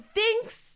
thinks